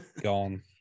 gone